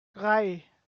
drei